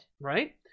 Right